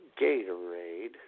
Gatorade